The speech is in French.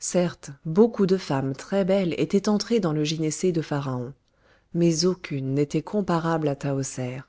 certes beaucoup de femmes très belles étaient entrées dans le gynécée de pharaon mais aucune n'était comparable à tahoser